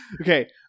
Okay